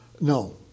No